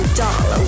doll